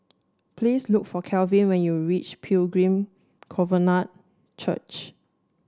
please look for Kelvin when you reach Pilgrim Covenant Church